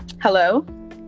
Hello